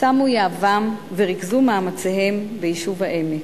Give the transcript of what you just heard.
שמו יהבם וריכזו מאמציהם ביישוב העמק.